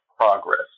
Progress